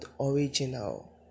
original